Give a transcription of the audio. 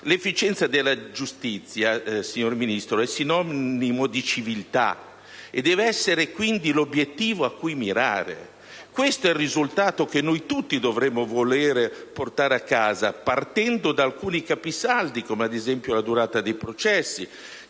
L'efficienza della giustizia, signor Ministro, è sinonimo di civiltà è deve essere, quindi, l'obiettivo cui mirare. Questo è il risultato che noi tutti dovremmo voler portare a casa, partendo da alcuni capisaldi, come ad esempio la durata dei processi